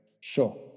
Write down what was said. sure